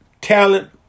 talent